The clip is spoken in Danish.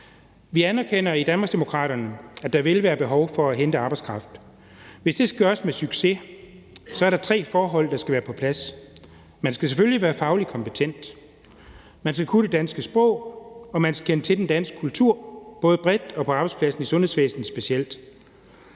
Vi anerkender i Danmarksdemokraterne, at der vil være behov for at hente arbejdskraft. Hvis det skal gøres med succes, er der tre forhold, der skal være på plads. Man skal selvfølgelig være fagligt kompetent, man skal kunne det danske sprog, og man skal kende til den danske kultur, både bredt og på arbejdspladsen i sundhedsvæsenet specielt.